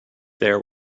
there